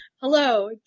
Hello